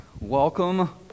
Welcome